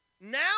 Now